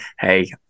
Hey